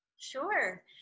Sure